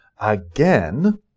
again